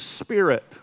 spirit